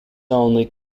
only